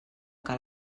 que